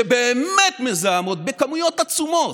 שבאמת מזהמות בכמויות עצומות,